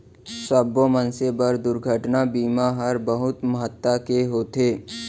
सब्बो मनसे बर दुरघटना बीमा हर बहुत महत्ता के होथे